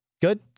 Good